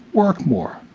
work more,